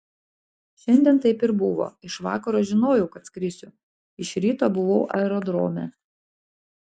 šiandien taip ir buvo iš vakaro žinojau kad skrisiu iš ryto buvau aerodrome